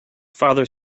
father